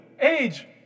Age